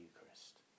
Eucharist